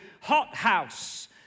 hothouse